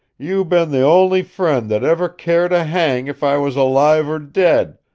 you been the only friend that ever cared a hang if i was alive or dead!